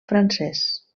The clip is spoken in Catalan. francés